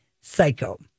Psycho